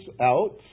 out